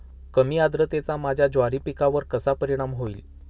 कमी आर्द्रतेचा माझ्या ज्वारी पिकावर कसा परिणाम होईल?